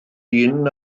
dyn